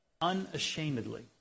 unashamedly